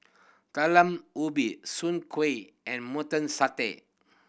Talam Ubi Soon Kway and Satay